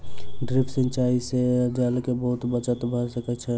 drip सिचाई से जल के बहुत बचत भ सकै छै